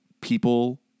people